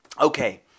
okay